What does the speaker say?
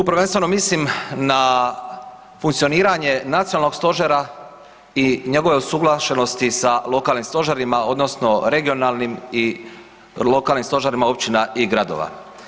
Tu prvenstveno mislim na funkcioniranje nacionalnog stožera i njegove usuglašenosti sa lokalnim stožerima odnosno regionalnim i lokalnim stožerima općina i gradova.